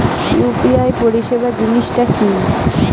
UPI পরিসেবা জিনিসটা কি?